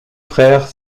frères